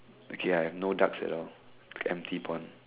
okay I have no ducks at all empty pond